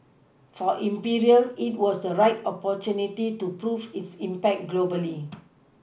for imperial it was the right opportunity to prove its impact globally